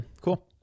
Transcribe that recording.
Cool